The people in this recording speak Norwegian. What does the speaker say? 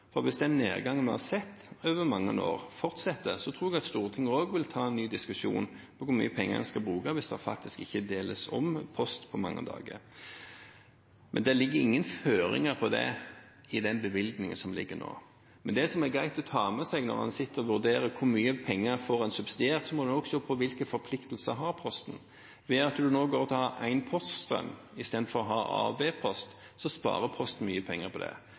for hvis den nedgangen vi har sett over mange år, fortsetter, tror jeg at Stortinget også vil ta en ny diskusjon på hvor mye penger en skal bruke hvis det faktisk ikke deles om post på mange dager. Det ligger ingen føringer på det i den bevilgningen som ligger nå, men det som er greit å ta med seg når en sitter og vurderer hvor mye penger en får subsidiert, er at en også må se på hvilke forpliktelser Posten har. Ved at en nå tar én poststrøm, istedenfor å ha A- og B-post, sparer Posten mye penger.